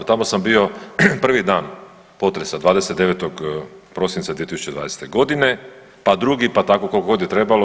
Tamo sam bio prvi dan potresa 29. prosinca 2020. godine, pa drugi, pa koliko god je trebalo.